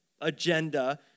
agenda